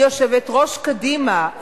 היא יושבת-ראש קדימה.